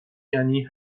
یعنی